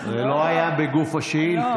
זה לא היה בגוף השאילתה.